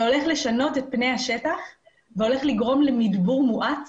זה הולך לשנות את פני השטח והולך לגרום למדבור מואץ.